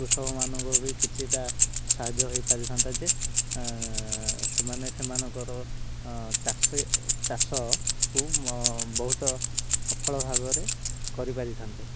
କୃଷକମାନଙ୍କୁ ବି କିଛିଟା ସାହାଯ୍ୟ ହେଇପାରିଥାନ୍ତା ଯେ ସେମାନେ ସେମାନଙ୍କର ଚାଷ ଚାଷକୁ ବହୁତ ସଫଳ ଭାବରେ କରିପାରିଥାନ୍ତେ